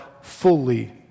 fully